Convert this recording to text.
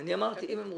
שאם הם רוצים,